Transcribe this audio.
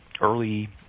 early